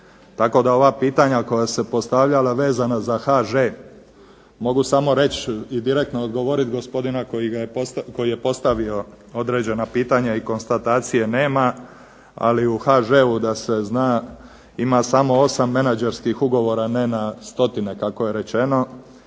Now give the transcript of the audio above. Tako da ova pitanja koja su se postavljala vezana za HŽ mogu samo reći i direktno odgovoriti gospodinu koji je postavio određena pitanja i konstatacije nema, ali u HŽ-u da se zna ima samo osam menadžerskih ugovora, ne na stotine kako je rečeno